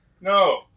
No